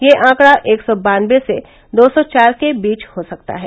यह आकड़ा एक सौ बानबे से दो सौ चार के बीच हो सकता है